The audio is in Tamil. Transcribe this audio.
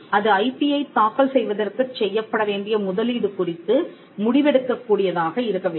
அது ஐபியைத் தாக்கல் செய்வதற்குச் செய்யப்பட வேண்டிய முதலீடு குறித்து முடிவெடுக்கக் கூடியதாக இருக்க வேண்டும்